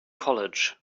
college